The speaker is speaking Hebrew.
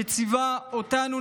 שציווה אותנו,